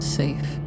safe